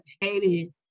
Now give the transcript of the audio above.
hated